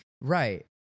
right